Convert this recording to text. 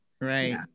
Right